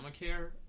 Obamacare